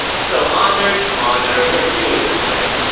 so honor, schmonor. we're doing this thing.